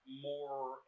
more